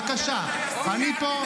בבקשה, אני פה.